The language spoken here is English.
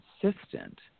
consistent